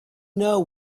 know